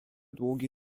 długi